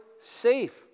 safe